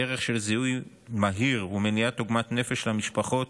הערך של זיהוי מהיר ומניעת עוגמת נפש למשפחות